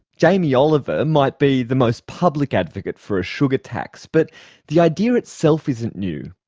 jamie oliver might be the most public advocate for a sugar tax, but the idea itself isn't new.